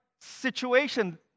situation